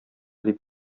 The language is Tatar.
дип